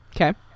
okay